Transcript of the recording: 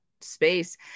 space